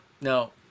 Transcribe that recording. No